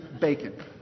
bacon